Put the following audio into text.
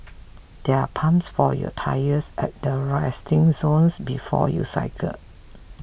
there are pumps for your tyres at the resting zones before you cycle